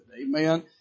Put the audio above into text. Amen